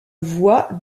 voix